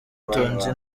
tonzi